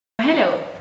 Hello